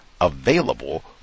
available